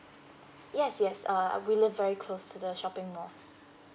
yes yes err we live very close to the shopping mall